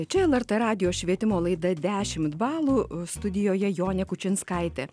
čia lrt radijo švietimo laida dešimt balų studijoje jonė kučinskaitė